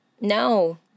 no